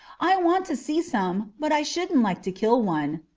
i want to see some, but i shouldn't like to kill one.